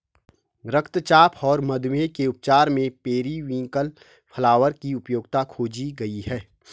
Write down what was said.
रक्तचाप और मधुमेह के उपचार में पेरीविंकल फ्लावर की उपयोगिता खोजी गई है